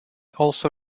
also